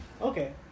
okay